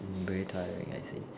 mm very tiring I see